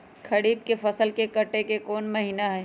खरीफ के फसल के कटे के कोंन महिना हई?